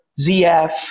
ZF